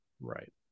Right